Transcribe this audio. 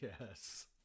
Yes